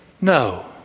No